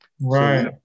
Right